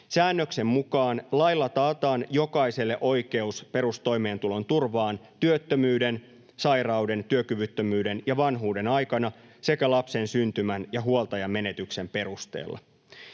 Säännöksen mukaan lailla taataan jokaiselle oikeus perustoimeentulon turvaan työttömyyden, sairauden, työkyvyttömyyden ja vanhuuden aikana sekä lapsen syntymän ja huoltajan menetyksen perusteella.